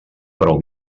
prou